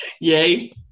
Yay